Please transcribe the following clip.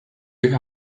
ühe